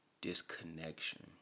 disconnection